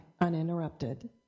uninterrupted